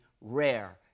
rare